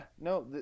no